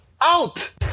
Out